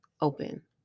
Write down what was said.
open